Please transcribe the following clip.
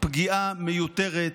פגיעה מיותרת